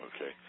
Okay